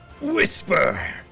Whisper